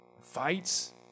fights